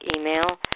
email